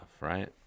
right